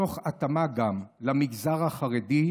תוך התאמה גם למגזר החרדי,